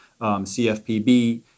CFPB